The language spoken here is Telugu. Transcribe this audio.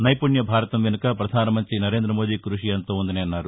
నైపుణ్య భారతం వెనుక ప్రధానమంతి నరేంద్ర మోదీ కృషి ఎంతో ఉందన్నారు